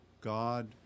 God